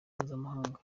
mpuzamahanga